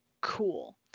cool